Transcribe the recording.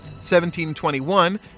1721